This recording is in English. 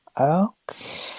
Okay